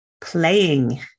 playing